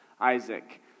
Isaac